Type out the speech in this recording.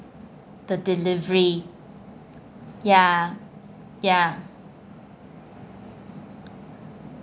the delivery ya ya